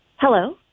Hello